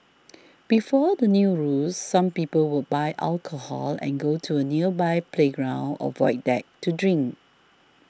before the new rules some people would buy alcohol and go to a nearby playground or void deck to drink